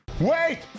Wait